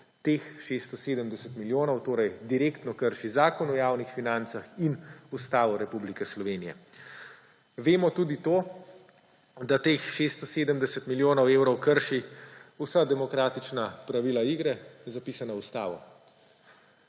Teh 670 milijonov torej direktno krši Zakon o javnih financah in Ustavo Republike Slovenije. Vemo tudi to, da teh 670 milijonov evrov krši vsa demokratična pravila igre, zapisana v ustavo.